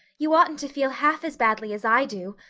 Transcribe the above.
you oughtn't to feel half as badly as i do,